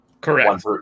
Correct